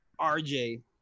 RJ